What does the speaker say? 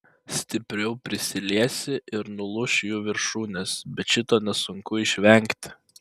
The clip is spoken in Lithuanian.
stipriau prisiliesi ir nulūš jų viršūnės bet šito nesunku išvengti